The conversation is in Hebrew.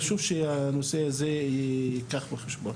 חשוב שהנושא הזה יילקח בחשבון.